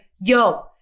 yo